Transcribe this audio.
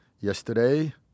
yesterday